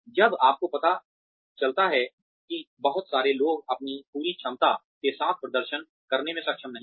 जब आपको पता चलता है कि बहुत सारे लोग अपनी पूरी क्षमता के साथ प्रदर्शन करने में सक्षम नहीं हैं